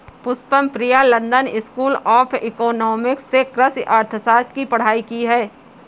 Pushpam Priya London School of Economics से कृषि अर्थशास्त्र की पढ़ाई की है